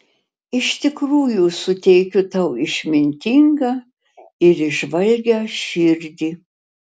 iš tikrųjų suteikiu tau išmintingą ir įžvalgią širdį